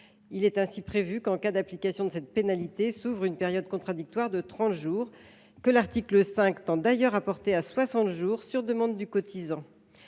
Il est ainsi prévu que, en cas d’application de cette pénalité, s’ouvre une période contradictoire de trente jours, que l’article 5 tend d’ailleurs à porter à soixante jours sur demande du cotisant.